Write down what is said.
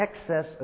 excess